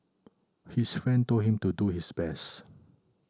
his friend told him to do his best